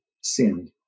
sinned